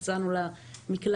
הצענו לה מקלט,